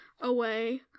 away